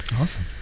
awesome